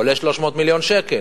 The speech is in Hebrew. עולה 300 מיליון שקל.